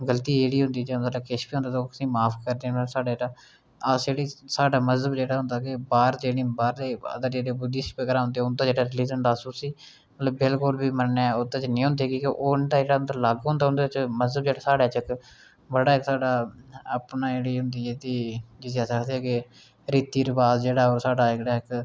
मतलब गलती जेह्ड़ी होंदी जां मतलब किश बी होंदा ते ओह् असेंगी माफ करदे न कि साढ़े जेह्ड़ा अस बी जेह्ड़ी साढ़ा मजहब जेह्ड़ा होंदा के बाह्र जेह्ड़े बाह्र दा औंदे अगर जेह्ड़े बुद्धिस्ट बगैरा औंदे जेह्ड़े बिलकुल बी मन्ने उत्त नेईं होंदे की ओह् उंदा जेह्ड़ा लग्ग होंदा उंदे च मजहब गै साढ़े च इक्क बड़ा साढ़ा अपनी जेह्ड़ी होंदी ऐ ते भी जिसी अस आक्खदे की रीति रवाज़ की जेह्ड़ा साढ़ा ओह्